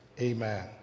Amen